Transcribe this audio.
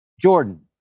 Jordan